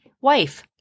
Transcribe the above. wife